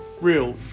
real